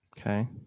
Okay